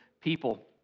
people